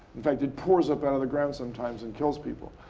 in fact, it pours up out of the ground sometimes and kills people.